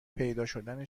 پیداشدن